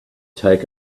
take